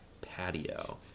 patio